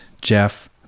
Jeff